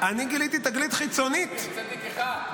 אני שואל: יש צדיק אחד?